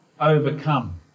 overcome